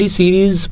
series